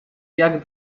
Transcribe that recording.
jak